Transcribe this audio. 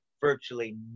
virtually